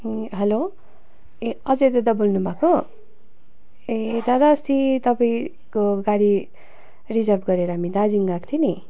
ए hello ए अजय दादा बोल्नु भएको ए दादा अस्ति तपाईँको गाडी रिजर्भ गरेर हामी दार्जिलिङ गएको थिए नि